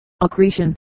accretion